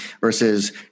versus